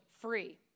free